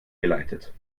geleitet